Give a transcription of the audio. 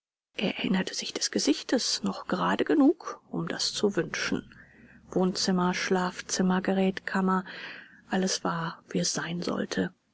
erinnerte sich des gesichtes noch gerade genug um das zu wünschen wohnzimmer schlafzimmer gerätkammer alles war wie es sein sollte